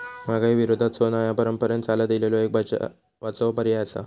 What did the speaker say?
महागाई विरोधात सोना ह्या परंपरेन चालत इलेलो एक बचावाचो पर्याय आसा